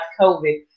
COVID